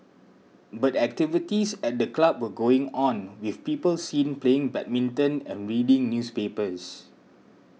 but activities at the club were going on with people seen playing badminton and reading newspapers